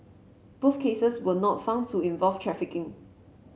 both cases were not found to involve trafficking